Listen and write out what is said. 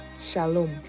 Shalom